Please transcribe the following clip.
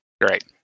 Great